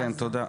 כן, תודה.